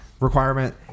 requirement